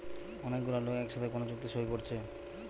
অনেক গুলা লোক একসাথে কোন চুক্তি সই কোরছে